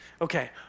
Okay